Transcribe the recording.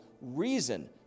reason